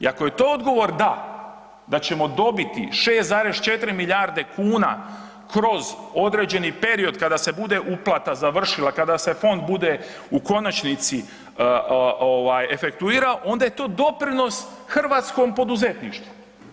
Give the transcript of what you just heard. I ako je to odgovor da, da ćemo dobiti 6,4 milijarde kuna kroz određeni period kada se bude uplata završila, kada se fond bude u konačnici efektuirao, onda je to doprinos hrvatskom poduzetništvu.